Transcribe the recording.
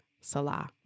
Salah